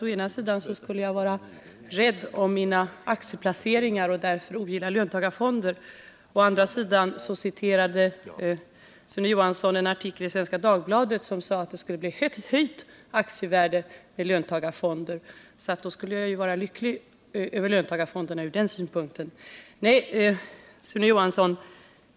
Å ena sidan skulle jag nämligen vara rädd om mina aktieplaceringar och därför ogilla löntagarfonder, men å andra sidan citerade Sune Johansson en artikel i Svenska Dagbladet där man sagt att aktievärdet skulle stiga med ett löntagarfondssystem, och från den synpunkten skulle jag alltså välkomna ett sådant. Nej, Sune Johansson, inget av detta är riktigt.